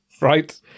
Right